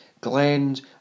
glens